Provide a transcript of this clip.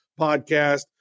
podcast